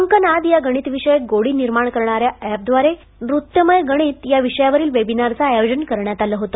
अंकनाद या गणितविषयक गोडी निर्माण करणाऱ्या ऍप द्वारे नृत्यमय गणित या विषयावरील वेबिनारचं आयोजनकरण्यात आले होते